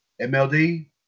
MLD